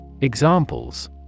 Examples